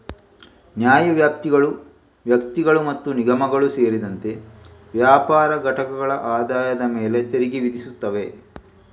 ನ್ಯಾಯವ್ಯಾಪ್ತಿಗಳು ವ್ಯಕ್ತಿಗಳು ಮತ್ತು ನಿಗಮಗಳು ಸೇರಿದಂತೆ ವ್ಯಾಪಾರ ಘಟಕಗಳ ಆದಾಯದ ಮೇಲೆ ತೆರಿಗೆ ವಿಧಿಸುತ್ತವೆ